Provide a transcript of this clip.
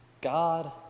God